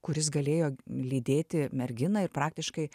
kuris galėjo lydėti merginą ir praktiškai